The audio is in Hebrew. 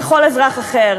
ככל אזרח אחר,